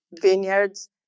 vineyards